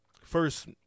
first